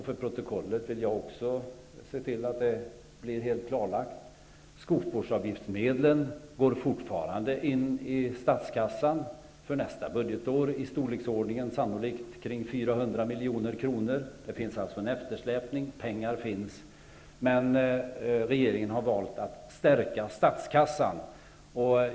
För protokollets skull vill jag att det blir helt klarlagt: skogsvårdsavgiftsmedlen går fortfarande in i statskassan för nästa budgetår i storleksordningen sannolikt kring 400 milj.kr., eftersom det finns en eftersläpning. Pengar finns, men regeringen har valt att stärka statskassan.